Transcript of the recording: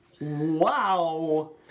wow